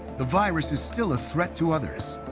the virus is still a threat to others,